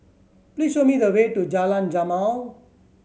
please show me the way to Jalan Jamal